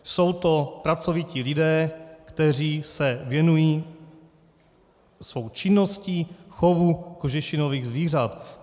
Jsou to pracovití lidé, kteří se věnují svou činností chovu kožešinových zvířat.